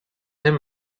him